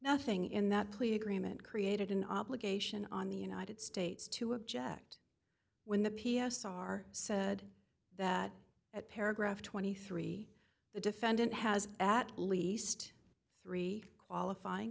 nothing in that plea agreement created an obligation on the united states to object when the p s r said that at paragraph twenty three dollars the defendant has at least three qualifying